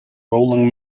rolling